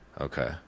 Okay